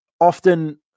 Often